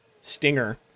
stinger